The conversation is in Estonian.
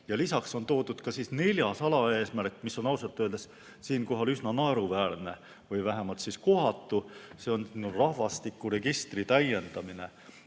Lisaks on toodud neljas alaeesmärk, mis on ausalt öeldes siinkohal üsna naeruväärne või vähemalt kohatu. See on rahvastikuregistri täiendamine.